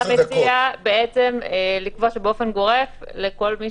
אתה מציע לקבוע באופן גורף שלכל מי